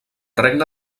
regne